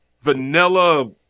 vanilla